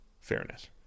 fairness